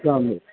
السلام علیکم